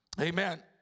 Amen